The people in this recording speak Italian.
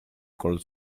col